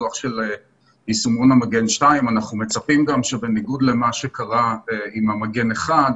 הפיתוח של היישומון מגן 2. אנחנו מצפים גם שבניגוד למה שקרה עם מגן 1,